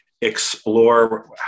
explore